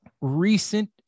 recent